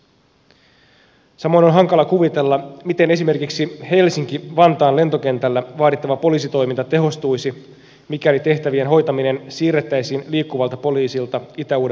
samoin on hankala kuvitella miten esimerkiksi helsinki vantaan lentokentällä vaadittava poliisitoiminta tehostuisi mikäli tehtävien hoitaminen siirrettäisiin liikkuvalta poliisilta itä uudenmaan poliisilaitokselle